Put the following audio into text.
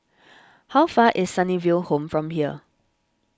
how far away is Sunnyville Home from here